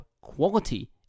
quality